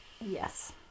Yes